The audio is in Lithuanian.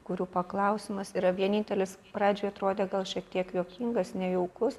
kurių paklausimas yra vienintelis pradžioj atrodė gal šiek tiek juokingas nejaukus